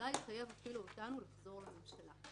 שאולי אפילו יחייב אותנו לחזור לממשלה.